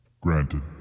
Granted